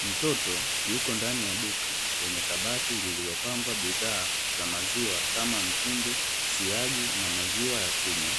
Mtoto yuko ndani ya duka lenye kabati lililopangwa bidhaa za maziwa kama mtindi, siagi na maziwa ya kunywa.